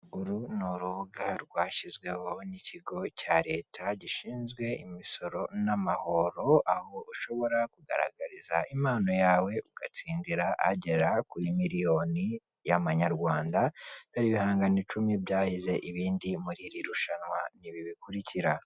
Uru ni urubuga rwashyizweho n'ikigo cya leta gishinzwe imisoro n'amahoro, aho ushobora kugaragariza impano yawe ugatsindira agera kuri miliyoni y'amanyarwanda, dore ibihangano icumi byahize ibindi muri iri rushanwa ni ibi bikurikira.